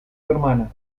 hermana